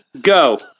go